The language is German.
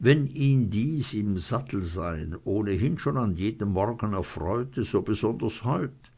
wenn ihn dies imsattelsein ohnehin schon an jedem morgen erfreute so besonders heut